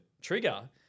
Trigger